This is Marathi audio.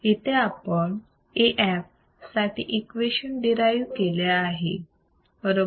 इथे आपण Af साठी इक्वेशन डीरायु केले आहे बरोबर